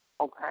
Okay